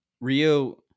Rio